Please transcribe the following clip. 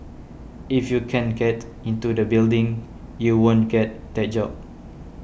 if you can't get into the building you won't get that job